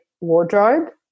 wardrobe